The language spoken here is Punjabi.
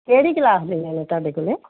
ਕਿਹੜੀ ਕਲਾਸ ਦੇ ਨੇ ਤੁਹਾਡੇ ਕੋਲ